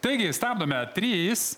taigi stabdome trys